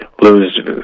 lose